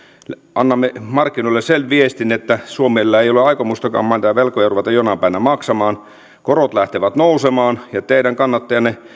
annamme markkinoille sen viestin että suomella ei ole aikomustakaan velkoja ruveta jonain päivänä maksamaan korot lähtevät nousemaan ja teidän kannattajienne